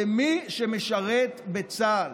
למי שמשרת בצה"ל,